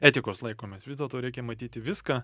etikos laikomės vis dėlto reikia matyti viską